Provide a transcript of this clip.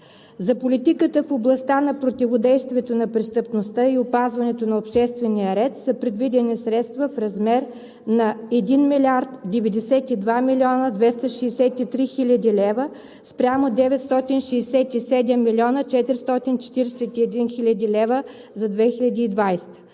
За политиката в областта на противодействието на престъпността и опазването на обществения ред са предвидени средства в размер на 1 092 263,7 хил. лв. спрямо 967 441,2 хил. лв. за 2020